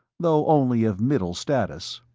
though only of middle status.